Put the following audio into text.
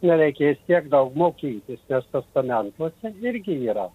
nereikės tiek daug mokytis nes testamentuose irgi yra